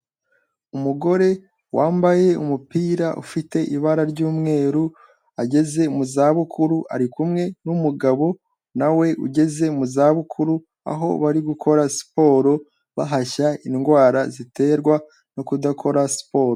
Umugore wambaye umupira ufite ibara ry'umweru ageze mu zabukuru, ari kumwe n'umugabo nawe ugeze mu zabukuru aho bari gukora siporo bahashya indwara ziterwa no kudakora siporo.